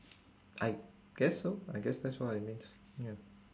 I guess so I guess that's what it means ya